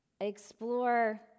explore